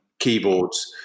Keyboards